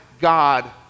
God